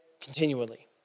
continually